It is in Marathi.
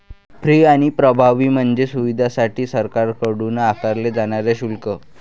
फी आणि प्रभावी म्हणजे सुविधांसाठी सरकारकडून आकारले जाणारे शुल्क